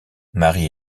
marie